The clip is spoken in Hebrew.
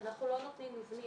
אנחנו לא נותנים מבנים,